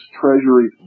Treasury